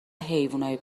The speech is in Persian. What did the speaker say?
حیونای